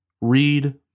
read